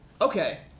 Okay